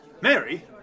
Mary